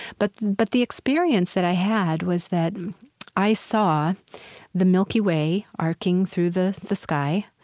but but the experience that i had was that i saw the milky way arcing through the the sky.